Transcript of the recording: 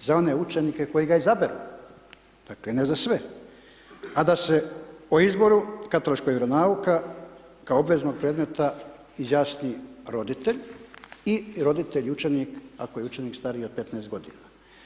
za one učenike koji ga izaberu, dakle, ne za sve, a da se o izboru katoličkog vjeronauka kao obveznog predmeta izjasni roditelj i roditelj i učenik ako je učenik stariji od 15 godina.